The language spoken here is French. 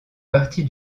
partie